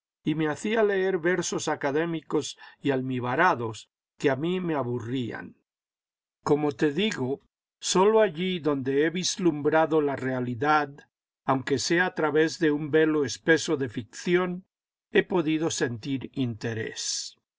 y me hacía leer versos académicos y almibarados que a mí me aburrían como te digo sólo allí donde he vislumbrado la realidad aunque sea a través de un velo espeso de ficción he podido sentir interés